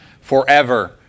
forever